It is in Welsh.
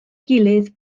gilydd